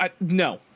no